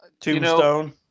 Tombstone